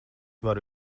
varu